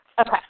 Okay